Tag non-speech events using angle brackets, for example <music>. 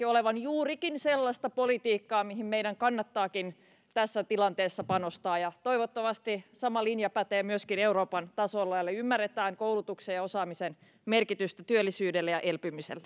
<unintelligible> olevan juurikin sellaista politiikkaa mihin meidän kannattaakin tässä tilanteessa panostaa toivottavasti sama linja pätee myöskin euroopan tasolla eli ymmärretään koulutuksen ja osaamisen merkitys työllisyydelle ja elpymiselle <unintelligible>